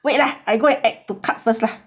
wait lah I go add to cart first lah